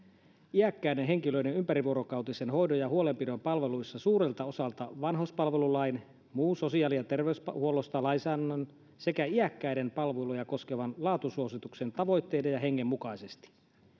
iäkkäiden henkilöiden ympärivuorokautisen hoidon ja huolenpidon palveluissa suurelta osalta vanhuspalvelulain muun sosiaali ja terveyshuollon lainsäädännön sekä iäkkäiden palveluja koskevan laatusuosituksen tavoitteiden ja hengen mukaisesti